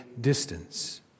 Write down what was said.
distance